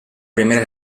primera